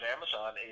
Amazon